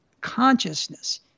consciousness